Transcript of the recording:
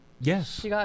Yes